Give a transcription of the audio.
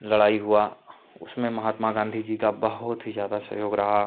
लड़ाई हुआ उसमें महात्मा गाँधी जी का बहुत ही ज़्यादा सहयोग रहा